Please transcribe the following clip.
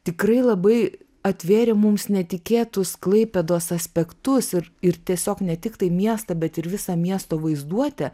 tikrai labai atvėrė mums netikėtus klaipėdos aspektus ir ir tiesiog ne tiktai miestą bet ir visą miesto vaizduotę